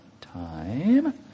time